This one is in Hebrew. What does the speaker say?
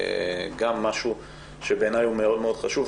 זה גם משהו שבעיני הוא מאוד מאוד חשוב,